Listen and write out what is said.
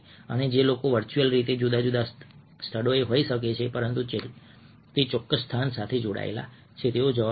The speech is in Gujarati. અને જે લોકો વર્ચ્યુઅલ રીતે જુદા જુદા સ્થળોએ હોઈ શકે છે પરંતુ તે ચોક્કસ સ્થાન સાથે જોડાયેલા છે તેઓ તેનો જવાબ આપશે